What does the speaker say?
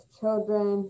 children